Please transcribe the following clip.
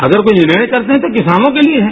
अगर कोई निर्णय करते हैं तो किसानों के लिये है